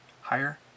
higher